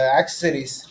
accessories